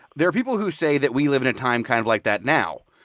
there are people who say that we live in a time kind of like that now.